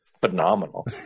phenomenal